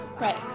Right